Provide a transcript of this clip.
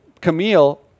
camille